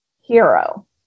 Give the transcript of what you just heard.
hero